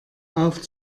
auf